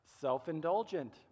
self-indulgent